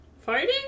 fighting